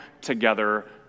together